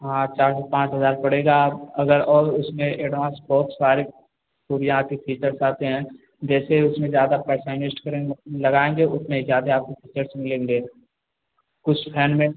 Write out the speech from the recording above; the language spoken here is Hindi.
हाँ चार से पाँच हजार पड़ेगा अगर और उसमें एडवांस बहुत सारे पूरे यहाँ के फिल्टर्स आते हैं जैसे उसमें ज़्यादा पैसा इन्वेस्ट करेंगे लगाएँगे उतने ही जादे आपको फीचर्स मिलेंगे कुछ फैन में